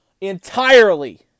entirely